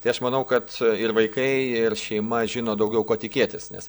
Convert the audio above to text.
tai aš manau kad ir vaikai ir šeima žino daugiau ko tikėtis nes